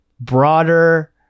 broader